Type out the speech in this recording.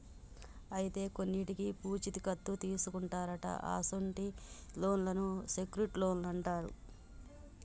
అయితే కొన్నింటికి పూచీ కత్తు తీసుకుంటారట అసొంటి లోన్లను సెక్యూర్ట్ లోన్లు అంటారు